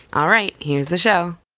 all right. here's the show